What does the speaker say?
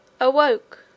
Awoke